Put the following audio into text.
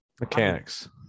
Mechanics